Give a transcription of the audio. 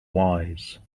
wise